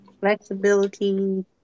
Flexibility